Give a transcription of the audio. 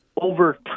over